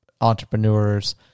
entrepreneurs